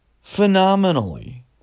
phenomenally